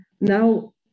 now